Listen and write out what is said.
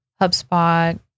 HubSpot